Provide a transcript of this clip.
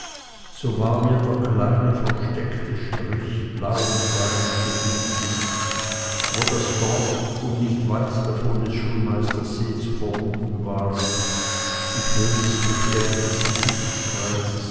so war mir der kleine versteckte strich blauen fernegebietes wo das dorf und nicht weit davon des schulmeisters see zu vermuten waren die schönste stelle des